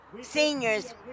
seniors